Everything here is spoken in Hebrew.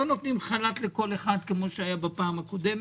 לא נותנים חל"ת לכל אחד כמו שהיה בפעם הקודמת,